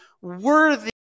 worthy